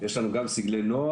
יש לנו גם סגלי נוער.